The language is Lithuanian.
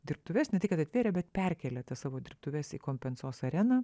dirbtuves ne tai kad atvėrė bet perkėlė tas savo dirbtuves kompensos areną